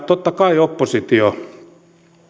totta kai oppositio